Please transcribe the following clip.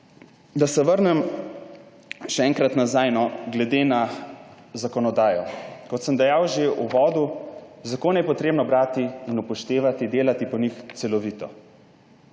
da se vrnem še enkrat nazaj na zakonodajo. Kot sem dejal že v uvodu, zakone je potrebno brati in upoštevati, delati po njih celovito.